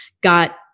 got